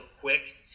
quick